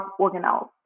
organelles